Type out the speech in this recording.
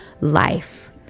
life